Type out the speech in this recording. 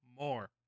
more